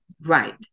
Right